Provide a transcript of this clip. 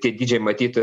tie dydžiai matyt